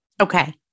Okay